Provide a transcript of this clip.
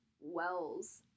Wells